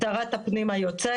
שרת הפנים היוצאת.